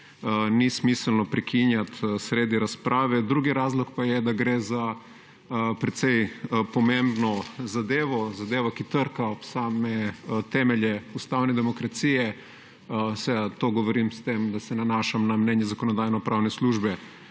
ni smiselno prekinjati sredi razprave. Drugi razlog pa je, da gre za precej pomembno zadevo, zadevo, ki trka ob same temelje ustavnega demokracije. To govorim s tem, da se nanašam na mnenje Zakonodajno-pravne službe